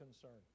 concern